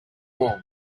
wall